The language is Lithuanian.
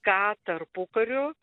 ką tarpukariu